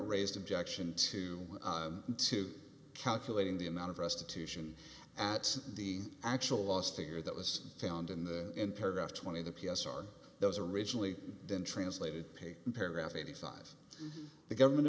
raised objection to to calculating the amount of restitution at the actual last figure that was found in the paragraph twenty the p s r those originally then translated paid paragraph eighty five the government